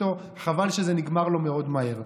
חבל שזה נגמר לו מאוד מהר.